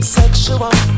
Sexual